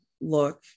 look